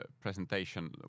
presentation